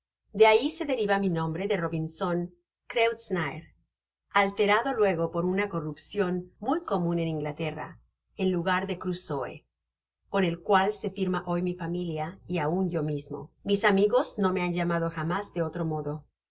de ahi se deriva mi nombre de robinson kreutznaer alterado luego por una corrupcion muy oo i content from google book search generated at en lugar de crusoé con el cual se firma hoy mi familia y aun yo mismo mis amigos no me han llamado jamás de otro modo